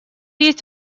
есть